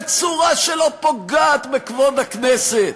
בצורה שלא פוגעת בכבוד הכנסת.